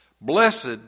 Blessed